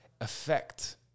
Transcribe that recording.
affect